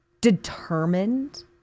determined